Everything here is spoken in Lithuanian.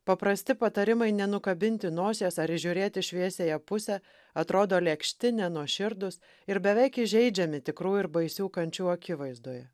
paprasti patarimai nenukabinti nosies ar įžiūrėti šviesiąją pusę atrodo lėkšti nenuoširdūs ir beveik įžeidžiami tikrų ir baisių kančių akivaizdoj